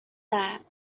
that